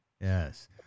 Yes